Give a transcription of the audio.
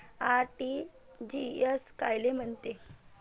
RTGS कायले म्हनते?